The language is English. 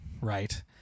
right